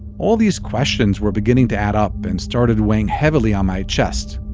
all these questions were beginning to add up and started weighing heavily on my chest.